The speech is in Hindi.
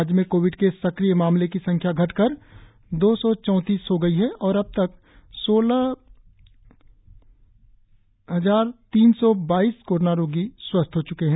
राज्य में कोविड के सक्रिय मामले की संख्या घटकर दो सौ चौतीस हो गई है और अब तक सोलह जार तीन सौ बाइस कोरोना रोगी स्वस्थ हो चुके है